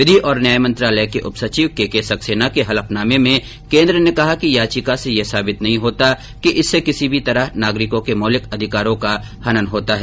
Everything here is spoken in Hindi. विधि और न्याय मंत्रालय में उपसचिव केके सक्सेना के हलफनामे में केन्द्र ने कहा है कि याचिका से यह साबित नहीं होता कि इससे किसी भी तरह नागरिकों के मौलिक अधिकारों का हनन होता है